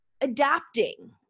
adapting